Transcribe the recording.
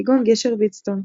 כגון גשר ויטסטון.